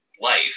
life